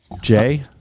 Jay